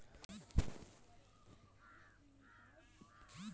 क्षेत्र विकास योजना को निलंबित करने की क्या आवश्यकता थी?